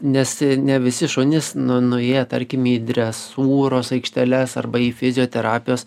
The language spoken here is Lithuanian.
nes ne visi šunys nu nuėję tarkim į dresūros aikšteles arba į fizioterapijos